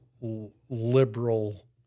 liberal